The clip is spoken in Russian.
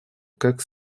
как